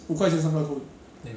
sua lor